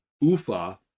UFA